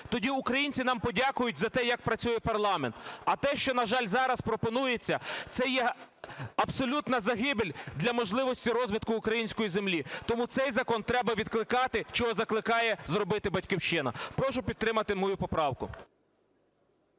тоді українці нам подякують за те, як працює парламент. А те, що, на жаль, зараз пропонується, це є абсолютна загибель для можливості розвитку української землі. Тому цей закон треба відкликати, що закликає зробити "Батьківщина". Прошу підтримати мою поправку.